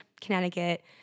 Connecticut